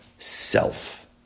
Self